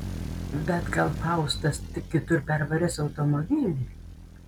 bet gal faustas tik kitur pervarys automobilį